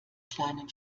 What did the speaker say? kleinen